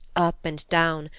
up and down,